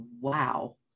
wow